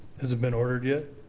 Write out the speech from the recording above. has it been ordered yet?